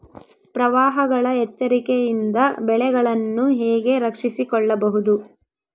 ಪ್ರವಾಹಗಳ ಎಚ್ಚರಿಕೆಯಿಂದ ಬೆಳೆಗಳನ್ನು ಹೇಗೆ ರಕ್ಷಿಸಿಕೊಳ್ಳಬಹುದು?